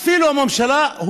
אפילו הממשלה,